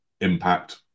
impact